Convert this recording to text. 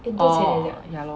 oh ya lor